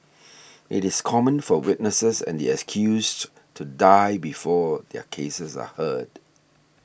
it is common for witnesses and the accused to die before their cases are heard